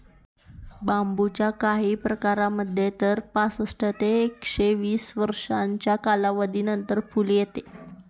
बांबूच्या काही प्रकारांमध्ये तर पासष्ट ते एकशे वीस वर्षांच्या कालावधीनंतर फुल येते